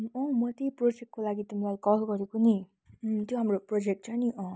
अँ म त्यही प्रोजेक्टको लागि तिमीलाई कल गरेको नि अँ त्यो हाम्रो प्रोजेक्ट छ नि अँ